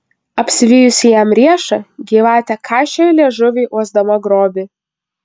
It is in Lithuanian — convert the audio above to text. apsivijusi jam riešą gyvatė kaišiojo liežuvį uosdama grobį